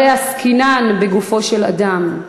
הרי עסקינן בגופו של אדם,